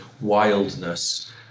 wildness